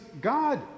God